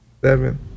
seven